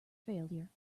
failure